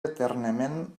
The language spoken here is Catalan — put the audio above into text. eternament